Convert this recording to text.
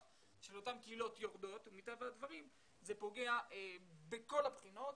של אותן קהילות יורדות ומטבע הדברים זה פוגע מכל הבחינות,